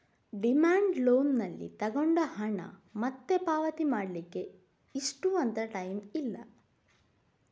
demand loan ಅಲ್ಲಿ ತಗೊಂಡ ಹಣ ಮತ್ತೆ ಪಾವತಿ ಮಾಡ್ಲಿಕ್ಕೆ ಇಷ್ಟು ಅಂತ ಟೈಮ್ ಇಲ್ಲ